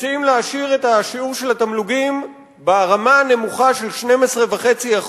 מציעים להשאיר את השיעור של התמלוגים ברמה הנמוכה של 12.5%,